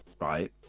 right